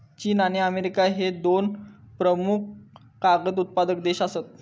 चीन आणि अमेरिका ह्ये दोन प्रमुख कागद उत्पादक देश आसत